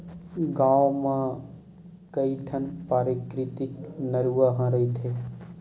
गाँव मन म कइठन पराकिरितिक नरूवा ह रहिथे